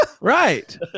Right